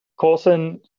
Coulson